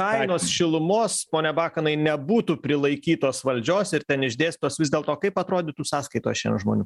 kainos šilumos pone bakanai nebūtų prilaikytos valdžios ir ten išdėstytos vis dėlto kaip atrodytų sąskaitos šiandien žmonių